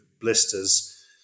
blisters